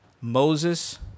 Moses